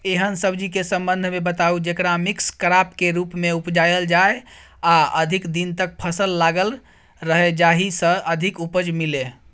एहन सब्जी के संबंध मे बताऊ जेकरा मिक्स क्रॉप के रूप मे उपजायल जाय आ अधिक दिन तक फसल लागल रहे जाहि स अधिक उपज मिले?